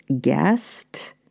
guest